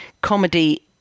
comedy